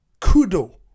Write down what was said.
Kudo